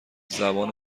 زبان